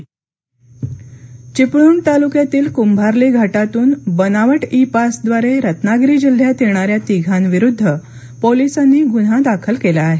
बनावट e pass Chiplun तालुक्यातील कुंभार्ली घाटातून बनावट ई पासद्वारे रत्नागिरी जिल्ह्यात येणाऱ्या तिघांविरुद्ध पोलिसांनी गुन्हा दाखल केला आहे